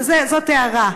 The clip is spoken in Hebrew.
אבל זאת הערה.